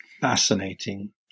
fascinating